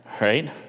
Right